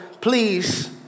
please